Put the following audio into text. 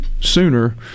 sooner